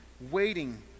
waiting